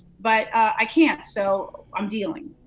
but i can't so i'm dealing.